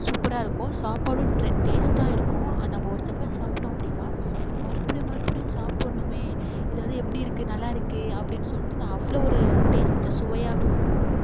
சூப்பராக இருக்கும் சாப்பாடும் டிர டேஸ்ட்டாக இருக்கும் நம்ம ஒரு தடவை சாப்பிட்டோம் அப்டின்னா மறுபடியும் மறுபடியும் சாப்புடனுமே இது வந்து எப்படி இருக்குது நல்லா இருக்கே அப்படின்னு சொல்லிட்டு நான் அவ்வளோ ஒரு டேஸ்ட்டு சுவையாகவும் இருக்கும்